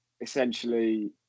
essentially